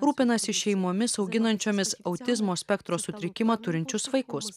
rūpinasi šeimomis auginančiomis autizmo spektro sutrikimą turinčius vaikus